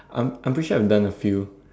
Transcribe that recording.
I'm I'm pretty sure I've done a few